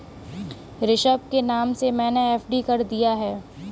ऋषभ के नाम से मैने एफ.डी कर दिया है